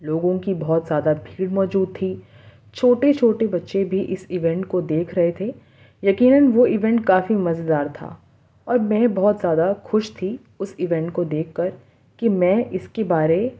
لوگوں کی بہت زیادہ بھیڑ موجود تھی چھوٹے چھوٹے بچے بھی اس ایونٹ کو دیکھ رہے تھے یقیناً وہ ایونٹ کافی مزےدار تھا اور میں بہت زیادہ خوش تھی اس ایونٹ کو دیکھ کر کہ میں اس کے بارے